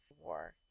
war